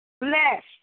Blessed